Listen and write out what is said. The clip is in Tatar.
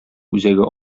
үзәге